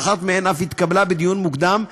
שאחת מהן אף התקבלה בדיון מוקדם,